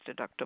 deductible